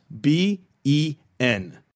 B-E-N